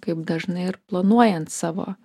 kaip dažnai ir planuojant savo